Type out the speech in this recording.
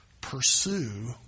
Pursue